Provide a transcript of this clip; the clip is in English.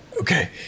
Okay